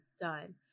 done